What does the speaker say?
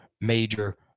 major